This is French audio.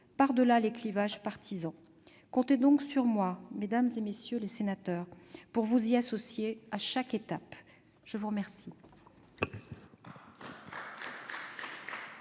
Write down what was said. par-delà les clivages partisans. Comptez donc sur moi, mesdames, messieurs les sénateurs, pour vous y associer à chaque étape. La parole